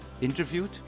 Interviewed